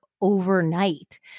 overnight